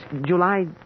July